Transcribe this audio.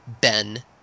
Ben